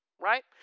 Right